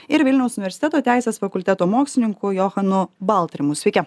ir vilniaus universiteto teisės fakulteto mokslininko johano baltrimu sveiki